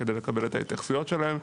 כדי לקבל את ההתייחסויות שלהם.